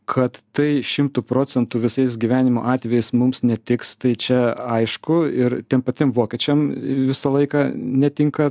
kad tai šimtu procentų visais gyvenimo atvejais mums netiks tai čia aišku ir tiem patiem vokiečiam visą laiką netinka